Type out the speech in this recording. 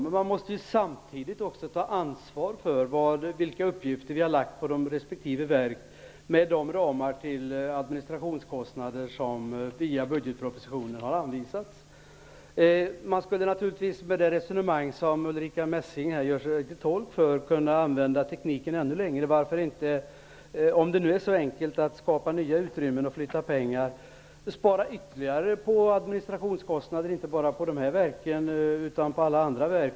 Vi måste ju samtidigt ta ansvar för vilka uppgifter vi har lagt på respektive verk, med de ramar för administrationskostnader som har anvisats via budgetpropositionen. Med det resonemang som Ulrica Messing här gör sig till tolk för skulle man naturligtvis kunna använda tekniken ännu längre. Om det nu är så enkelt att skapa nya utrymmen och flytta pengar, varför då inte spara ytterligare på administrationskostnader, inte bara på de nu aktuella verken utan också på alla andra verk?